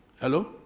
Hello